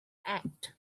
act